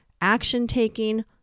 action-taking